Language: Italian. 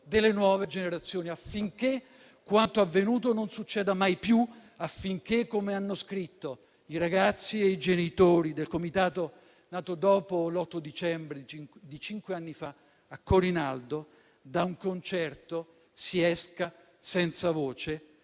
delle nuove generazioni, affinché quanto avvenuto non succeda mai più e affinché, come hanno scritto i ragazzi e i genitori del comitato nato dopo l'8 dicembre di cinque anni fa a Corinaldo, da un concerto si esca senza voce,